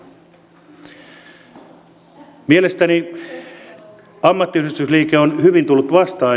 mielestäni ammattiyhdistysliike on hyvin tullut vastaan